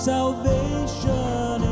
Salvation